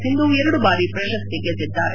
ಸಿಂಧು ಎರಡು ಬಾರಿ ಪ್ರಶಸ್ತಿ ಗೆದ್ದಿದ್ದಾರೆ